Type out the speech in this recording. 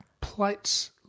plates